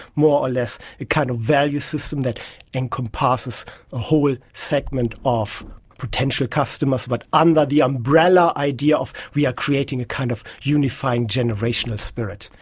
more or less, a kind of value system that encompasses a whole segment of potential customers, but under the umbrella idea of we are creating a kind of unifying generational spirit.